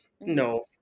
No